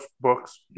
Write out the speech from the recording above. books